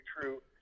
true